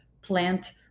plant